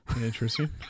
Interesting